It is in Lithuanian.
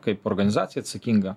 kaip organizacija atsakinga